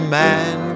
man